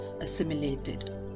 assimilated